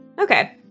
Okay